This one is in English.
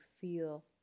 feel